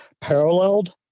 paralleled